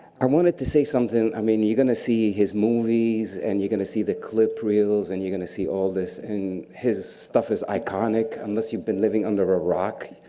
i wanted to say something. i mean you're gonna see his movies and you're gonna see the clip reels and you're gonna see all this. and his stuff is iconic, iconic, unless you've been living under a rock.